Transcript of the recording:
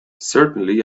certainly